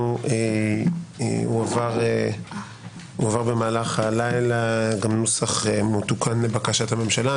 הועבר במהלך הלילה גם נוסח מתוקן לבקשת הממשלה.